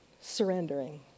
surrendering